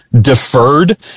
deferred